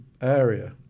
area